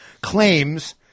claims –